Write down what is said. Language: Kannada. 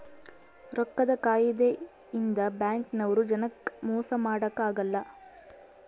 ರೊಕ್ಕದ್ ಕಾಯಿದೆ ಇಂದ ಬ್ಯಾಂಕ್ ನವ್ರು ಜನಕ್ ಮೊಸ ಮಾಡಕ ಅಗಲ್ಲ